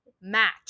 match